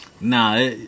nah